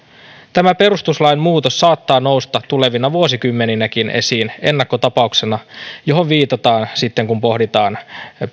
tämä perustuslain muutos saattaa nousta tulevina vuosikymmeninäkin esiin ennakkotapauksena johon viitataan sitten kun pohditaan